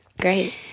Great